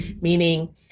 meaning